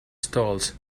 stalls